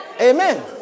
Amen